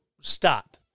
stop